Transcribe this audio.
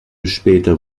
später